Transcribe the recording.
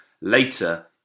later